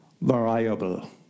variable